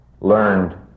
learned